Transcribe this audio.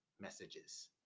messages